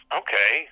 okay